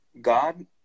God